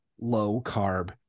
low-carb